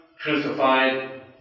crucified